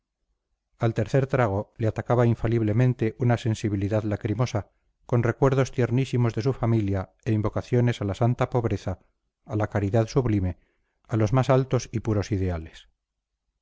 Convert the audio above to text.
al tercer trago le atacaba infaliblemente una sensibilidad lacrimosa con recuerdos tiernísimos de su familia e invocaciones a la santa pobreza a la caridad sublime a los más altos y puros ideales